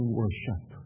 worship